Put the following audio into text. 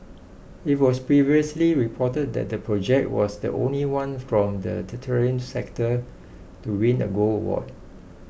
it was previously reported that the project was the only one from the tertiary sector to win a gold award